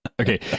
Okay